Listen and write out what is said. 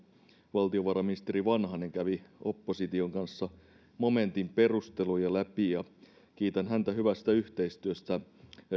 valtiovarainministeri vanhanen kävi opposition kanssa läpi momentin perusteluja ja kiitän häntä hyvästä yhteistyöstä